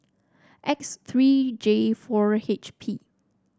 X three J four H P